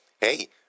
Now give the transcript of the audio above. Hey